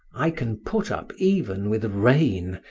i can put up even with rain,